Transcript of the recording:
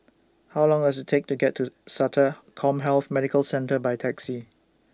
How Long Does IT Take to get to Sata Commhealth Medical Centre By Taxi